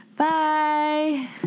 Bye